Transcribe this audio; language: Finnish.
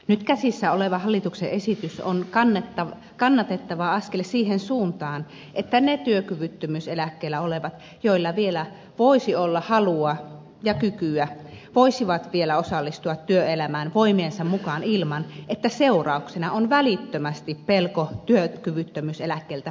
nyt käsissä oleva hallituksen esitys on kannatettava askel siihen suuntaan että ne työkyvyttömyyseläkkeellä olevat joilla vielä voisi olla halua ja kykyä voisivat vielä osallistua työelämään voimiensa mukaan ilman että seurauksena on välittömästi pelko työkyvyttömyyseläkkeeltä putoamisesta